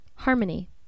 Harmony